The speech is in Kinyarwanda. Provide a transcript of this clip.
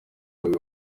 w’uyu